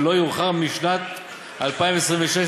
ולא יאוחר משנת 2026,